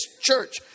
church